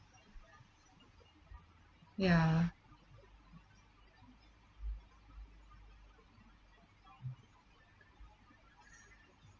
ya